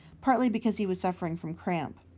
partly because he was suffering from cramp.